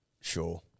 Sure